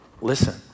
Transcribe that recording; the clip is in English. listen